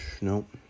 Nope